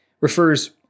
refers